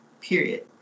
period